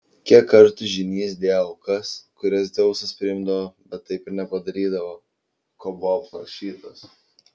kiek kartų žynys dėjo aukas kurias dzeusas priimdavo bet taip ir nepadarydavo ko buvo prašytas